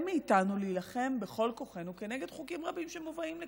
מאיתנו להילחם בכל כוחנו כנגד חוקים רבים שמובאים לכאן,